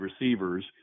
receivers